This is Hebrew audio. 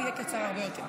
יהיה קצר הרבה יותר.